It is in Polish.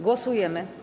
Głosujemy.